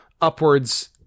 upwards